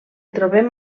trobem